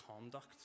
conduct